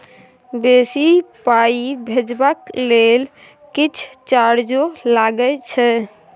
बेसी पाई भेजबाक लेल किछ चार्जो लागे छै?